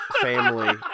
family